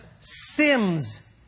Sims